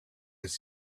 his